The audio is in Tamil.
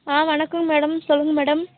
ஆ வணக்கங்க மேடம் சொல்லுங்க மேடம்